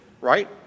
right